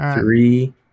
Three